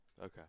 Okay